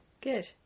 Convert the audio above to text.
Good